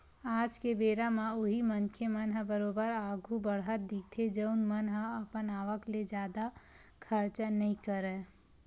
आज के बेरा म उही मनखे मन ह बरोबर आघु बड़हत दिखथे जउन मन ह अपन आवक ले जादा खरचा नइ करय